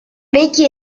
becky